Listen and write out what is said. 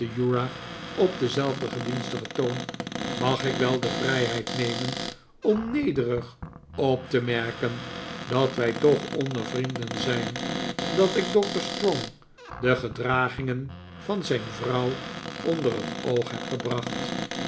op denzelfden gedienstigen toon mag ik wel de vrijheid nemen om nederig op te merken daar wij toch onder vrienden zijn dat ik doctor strong de gedragingen van zijn vrouw onder het oog heb gebracht